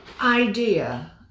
idea